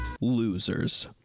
losers